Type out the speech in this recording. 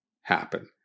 happen